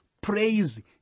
praise